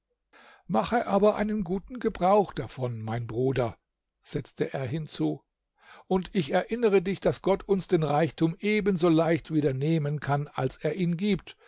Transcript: mache aber einen guten gebrauch davon mein bruder setzte er hinzu und ich erinnere dich daß gott uns den reichtum ebenso leicht wieder nehmen kann als er ihn gibt